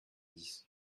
dix